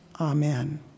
amen